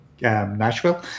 Nashville